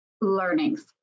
learnings